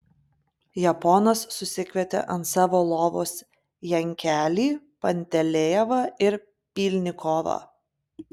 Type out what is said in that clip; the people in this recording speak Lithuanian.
japonas susikvietė ant savo lovos jankelį pantelejevą ir pylnikovą